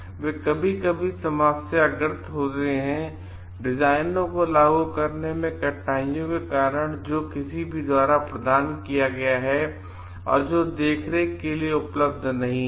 तो वे कभी कभी समस्याग्रस्त होते हैं डिजाइन को लागू करने में कठिनाइयों के कारण जो किसी और द्वारा प्रदान किया गया है और जो देखरेख के लिए उपलब्ध नहीं है